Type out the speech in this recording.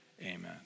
Amen